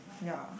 ya